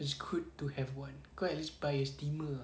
it's good to have one kau at least buy a steamer ah